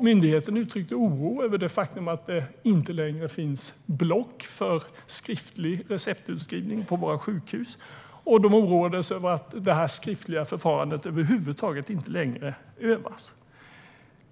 Myndigheten uttryckte oro över det faktum att det inte längre finns block för skriftlig receptutskrivning på våra sjukhus. Man oroades över att det skriftliga förfarandet över huvud taget inte längre övas.